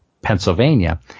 Pennsylvania